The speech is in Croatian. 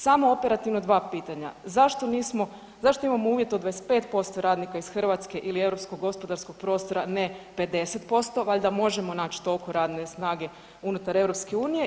Samo operativno dva pitanja, zašto imamo uvjet od 25% radnika iz Hrvatske ili Europskog gospodarskog prostora ne 50%, valjda možemo naći toliko radne snage unutar EU?